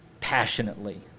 passionately